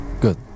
Good